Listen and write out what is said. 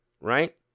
right